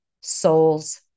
soul's